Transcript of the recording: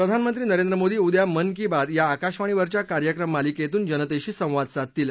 प्रधानमंत्री नरेंद्र मोदी उद्या मन की बात या आकाशवाणीवरच्या कार्यक्रम मालिकेतून जनतेशी संवाद साधतील